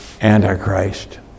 Antichrist